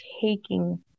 taking